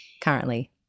currently